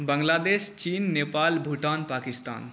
Bangladesh China Nepal Bhutan Pakistan